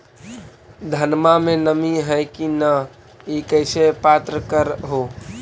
धनमा मे नमी है की न ई कैसे पात्र कर हू?